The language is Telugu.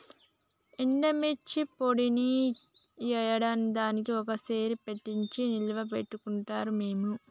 ఎండుమిర్చి పొడిని యాడాదికీ ఒక్క సారె పట్టించి నిల్వ పెట్టుకుంటాం మేము